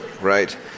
right